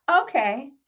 okay